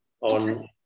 On